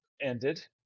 ended